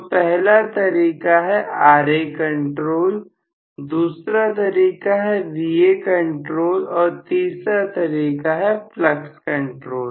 तो पहला तरीका है Ra कंट्रोल दूसरा तरीका है Va कंट्रोल और तीसरा तरीका है फ्लक्स कंट्रोल